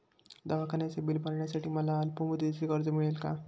दवाखान्याचे बिल भरण्यासाठी मला अल्पमुदतीचे कर्ज मिळेल का?